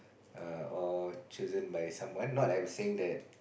err or chosen by someone not I'm saying that